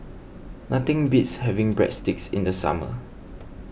nothing beats having Breadsticks in the summer